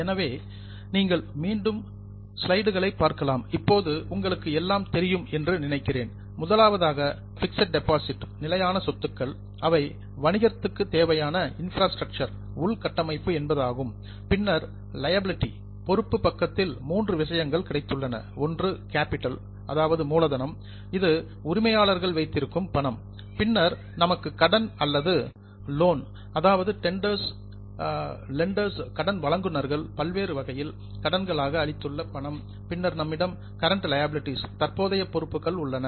எனவே நீங்கள் மீண்டும் அந்த ஸ்லைட்களை பார்க்கலாம் இப்போது உங்களுக்கு எல்லாம் தெரியும் என்று நினைக்கிறேன் முதலாவதாக பிக்ஸட் ஆசெட்ஸ் நிலையான சொத்துக்கள் அவை வணிகத்திற்கு தேவையான இன்ப்ராஸ்ட்ரக்சர் உள்கட்டமைப்பு என்பதாகும் பின்னர் லியாபிலிடி பொறுப்பு பக்கத்தில் மூன்று விஷயங்கள் கிடைத்துள்ளன ஒன்று கேப்பிட்டல் மூலதனம் இது உரிமையாளர்கள் வைத்திருக்கும் பணம் பின்னர் நமக்கு கடன் அதாவது லெண்டர்ஸ் கடன் வழங்குநர்கள் பல்வேறு வகையில் கடன்களாக அளித்துள்ள பணம் பின்னர் நம்மிடம் கரண்ட் லியாபிலிடிஸ் தற்போதைய பொறுப்புகள் உள்ளன